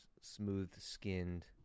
smooth-skinned